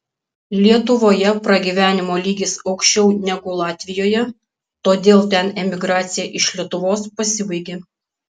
lietuvoje pragyvenimo lygis aukščiau negu latvijoje todėl ten emigracija iš lietuvos pasibaigė